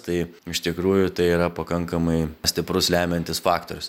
tai iš tikrųjų tai yra pakankamai stiprus lemiantis faktorius